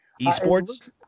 Esports